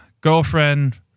girlfriend